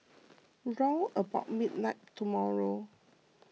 round about midnight tomorrow